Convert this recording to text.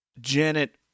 Janet